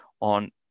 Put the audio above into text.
on